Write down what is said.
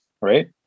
right